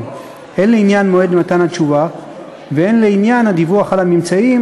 הן לעניין מועד מתן התשובה והן לעניין הדיווח על הממצאים,